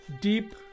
Deep